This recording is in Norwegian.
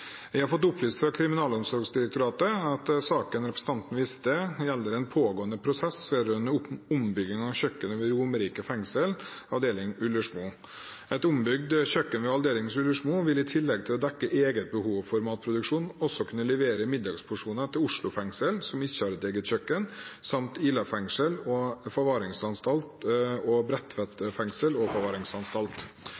Jeg har fått opplyst fra Kriminalomsorgsdirektoratet at saken representanten viser til, gjelder en pågående prosess vedrørende ombygging av kjøkkenet ved Romerike fengsel avdeling Ullersmo. Et ombygd kjøkken ved avdeling Ullersmo vil i tillegg til å dekke eget behov for matproduksjon også kunne levere middagsporsjoner til Oslo fengsel, som ikke har et eget kjøkken, samt til Ila fengsel og forvaringsanstalt og